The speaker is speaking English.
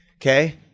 okay